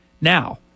Now